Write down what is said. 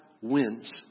wins